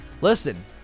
listen